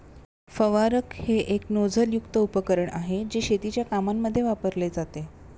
फवारक हे एक नोझल युक्त उपकरण आहे, जे शेतीच्या कामांमध्ये वापरले जाते